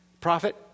Prophet